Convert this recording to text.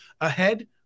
ahead